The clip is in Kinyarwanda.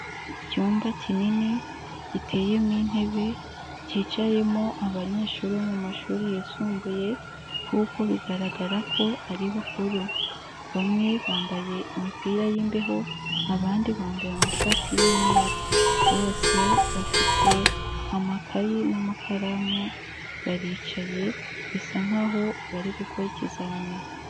Icyumba kinini giteyemo intebe cyicayemo abanyeshuri bo mu mashuri yisumbuye kuko bigaragara ko ari bakuru, bamwe bambaye imipira y'imbeho, abandi bambaye amashati y'umweru, bose bafite amakayi n'amakaramu baricaye bisa nkaho bari gukora ikizami.